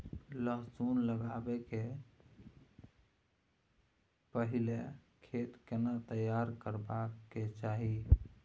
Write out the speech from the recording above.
लहसुन लगाबै के पहिले खेत केना तैयार करबा के चाही?